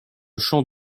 champ